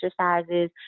exercises